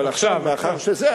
אבל עכשיו מאחר שזה זה,